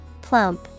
Plump